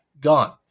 Gone